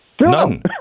none